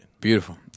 Beautiful